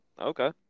Okay